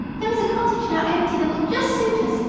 there is a cottage now empty that will just suit us,